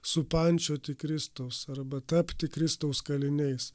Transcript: supančioti kristaus arba tapti kristaus kaliniais